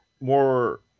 more